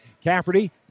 Cafferty